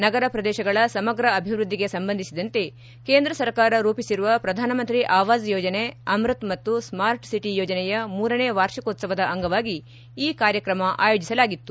ನಗರ ಪ್ರದೇಶಗಳ ಸಮಗ್ರ ಅಭಿವೃದ್ದಿಗೆ ಸಂಬಂಧಿಸಿದಂತೆ ಕೇಂದ್ರ ಸರ್ಕಾರ ರೂಪಿಸಿರುವ ಪ್ರಧಾನ ಮಂತ್ರಿ ಆವಾಸ್ ಯೋಜನೆ ಅಮೃತ್ ಮತ್ತು ಸ್ಪಾರ್ಟ್ ಸಿಟಿ ಯೋಜನೆಯ ಮೂರನೇ ವಾರ್ಷಿಕೋತ್ತವದ ಅಂಗವಾಗಿ ಈ ಕಾರ್ಯಕ್ರಮ ಆಯೋಜಿಸಲಾಗಿತ್ತು